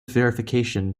verification